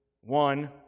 One